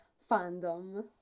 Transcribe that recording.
fandom